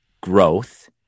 growth